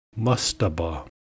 Mustaba